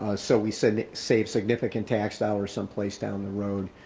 ah so we save save significant tax dollars some place down the road,